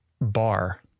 bar